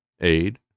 aid